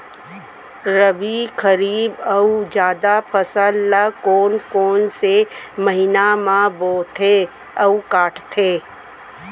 रबि, खरीफ अऊ जादा फसल ल कोन कोन से महीना म बोथे अऊ काटते?